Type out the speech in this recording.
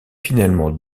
finalement